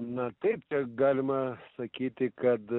na taip galima sakyti kad